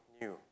new